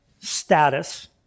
status